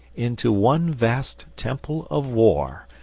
into one vast temple of war,